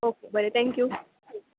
okay बरें thank you